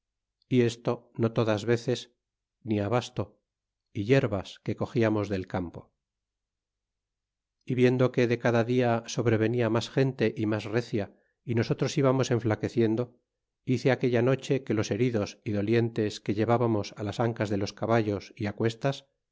y esto no todas veces ni abasto y yerbas que cogiarnos de el campo e viendo r que de cada dia sobrevenia mas gente y mas recia y nosotros íbamos enflaqueciendo hice aquella noche que los heridos y dolientes que llevábamos mas ancas de los caballos y acuestas